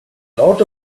lot